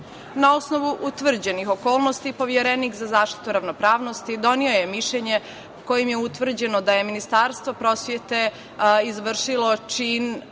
osnovu utvrđenih okolnosti, Poverenik za zaštitu ravnopravnosti doneo je mišljenje kojim je utvrđeno da je Ministarstvo prosvete izvršilo čin,